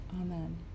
Amen